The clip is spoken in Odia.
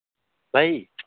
ଭାଇ